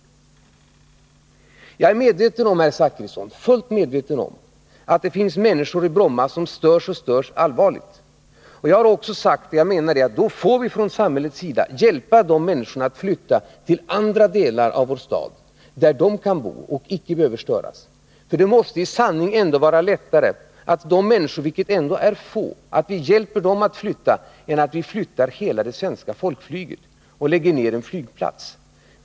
Jag är fullt medveten om, herr Zachrisson, att det finns människor i Bromma som störs och som störs allvarligt. Jag har också sagt — och jag menar det — att då får vi från samhällets sida hjälpa de människorna att flytta till. Nr 53 andra delar av vår stad där de kan bo och där de icke behöver störas. För det måste i sanning ändå vara lättare att vi hjälper de människor — vilka ändå är få — att flytta än att vi flyttar hela det svenska folkflyget och lägger ner en flygplats.